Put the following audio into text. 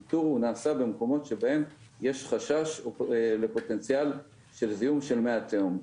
הניטור נעשה במקומות שבהם יש חשש לפוטנציאל של זיהום של מי התהום.